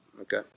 okay